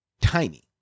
tiny